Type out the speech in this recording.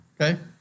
okay